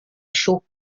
chaux